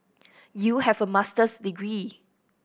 you have a Master's degree